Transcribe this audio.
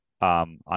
on